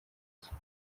cye